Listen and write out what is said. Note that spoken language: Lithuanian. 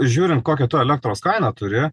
žiūrint kokią tu elektros kainą turi